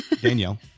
Danielle